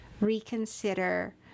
reconsider